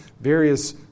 various